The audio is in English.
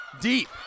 deep